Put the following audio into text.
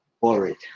worried